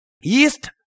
Yeast